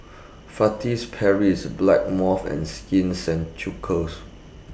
Paris Blackmores and Skin